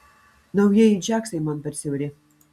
naujieji džiaksai man per siauri